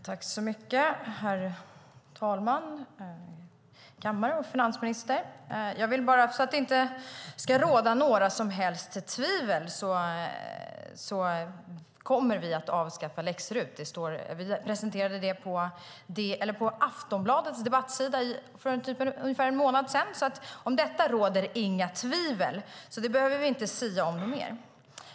Herr talman! Ledamöter! Finansministern! För att det inte ska råda några som helst tvivel vill jag säga att vi kommer att avskaffa läx-RUT. Vi presenterade det på Aftonbladets debattsida för ungefär en månad sedan. Om detta råder inga tvivel, så det behöver vi inte diskutera mer.